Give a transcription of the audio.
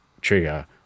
trigger